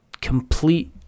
complete